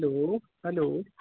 hello hello